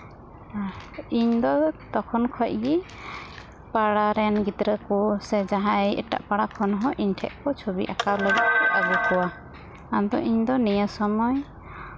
ᱤᱧᱫᱚ ᱛᱚᱠᱷᱚᱱ ᱠᱷᱚᱱ ᱜᱮ ᱯᱟᱲᱟ ᱨᱮᱱ ᱜᱤᱫᱽᱨᱟᱹ ᱠᱚ ᱥᱮ ᱡᱟᱦᱟᱸᱭ ᱮᱴᱟᱜ ᱯᱟᱲᱟ ᱠᱷᱚᱱ ᱦᱚᱸ ᱤᱧ ᱴᱷᱮᱱ ᱠᱚ ᱪᱷᱚᱵᱤ ᱟᱸᱠᱟᱣ ᱞᱟᱹᱜᱤᱫ ᱠᱚ ᱟᱹᱜᱩ ᱠᱚᱣᱟ ᱟᱫᱚ ᱤᱧᱫᱚ ᱱᱤᱭᱟᱹ ᱥᱚᱢᱚᱭ